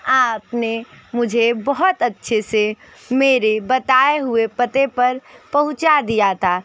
आपने मुझे बहुत अच्छे से मेरे बताए हुए पते पर पहुँचा दिया था